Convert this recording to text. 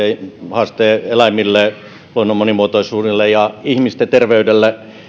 haaste eläimille luonnon monimuotoisuudelle ja ihmisten terveydelle